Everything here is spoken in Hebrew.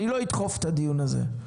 אני לא אדחף את הדיון הזה,